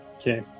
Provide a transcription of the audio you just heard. Okay